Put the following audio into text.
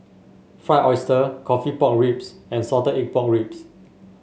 Fried Oyster coffee Pork Ribs and Salted Egg Pork Ribs